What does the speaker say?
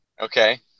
Okay